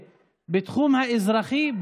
בתחום האזרחי,